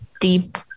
deep